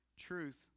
truth